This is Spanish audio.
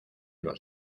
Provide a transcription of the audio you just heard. los